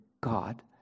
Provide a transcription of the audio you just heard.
God